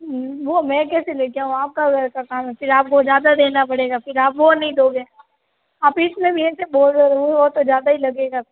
वो मैं कैसे लेके आऊँ आप का घर काम है फिर आपको ज़्यादा देना पड़ेगा फिर आप वो नहीं दोगे आप इसमे भी ऐसे बोल रहे हो वो तो ज़्यादा ही लगेगा